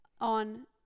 on